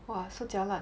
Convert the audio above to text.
!wah! so jialat